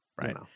right